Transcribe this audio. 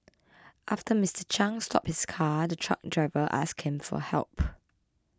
after Mister Chiang stopped his car the truck driver asked him for help